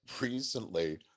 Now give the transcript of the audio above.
recently